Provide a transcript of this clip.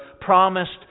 promised